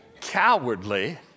Cowardly